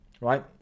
right